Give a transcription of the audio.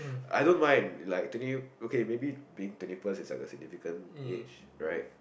I don't mind like today okay maybe being twenty first is like the significant each right